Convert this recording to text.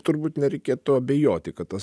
turbūt nereikėtų abejoti kad tas